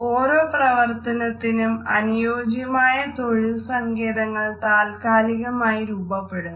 ഓരോ പ്രവർത്തനത്തിനും അനുയോജ്യമായ തൊഴിൽ സങ്കേതങ്ങൾ താല്ക്കാലികമായി രൂപപ്പെടുന്നു